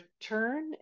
turn